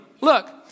Look